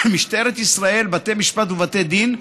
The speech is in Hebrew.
משטרת ישראל, בתי משפט ובתי דין,